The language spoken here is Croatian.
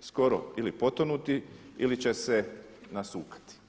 skoro ili potonuti ili će se nasukati.